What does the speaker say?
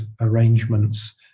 arrangements